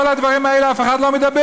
על כל הדברים האלה אף אחד לא מדבר.